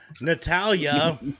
Natalia